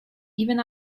even